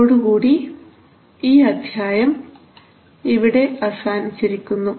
ഇതോടുകൂടി ഈ അധ്യായം ഇവിടെ അവസാനിച്ചിരിക്കുന്നു